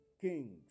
kings